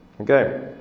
Okay